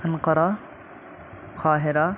Ankara قاہرہ